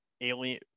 alien